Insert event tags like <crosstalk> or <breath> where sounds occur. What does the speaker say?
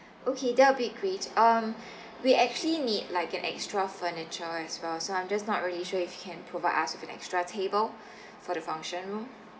okay that'll be great um <breath> we actually need like an extra furniture as well so I'm just not really sure if you can provide us with an extra table <breath> for the function room